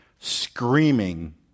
screaming